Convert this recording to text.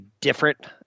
different